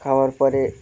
খাওয়ার পরে